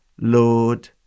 Lord